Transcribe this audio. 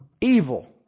evil